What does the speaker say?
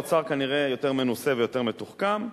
האוצר כנראה יותר מנוסה ויותר מתוחכם,